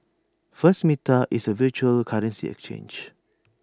first meta is A virtual currency exchange